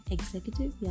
Executive